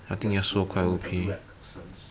yasuo the one with the blue accents